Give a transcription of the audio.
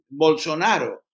Bolsonaro